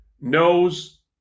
knows